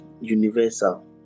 universal